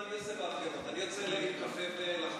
מה אני עושה בהפגנות: אני יוצא אליהם עם קפה ולחמניות.